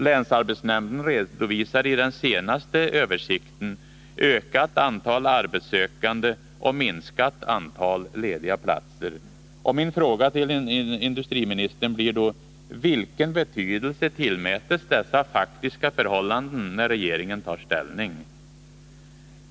Länsarbetsnämnden redovisar iden senaste översikten ett ökat antal arbetssökande och ett minskat antal lediga platser. Min fråga till industriministern blir då: Vilken betydelse tillmäts dessa faktiska förhållanden när regeringen tar ställning?